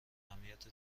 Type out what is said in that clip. جمعیت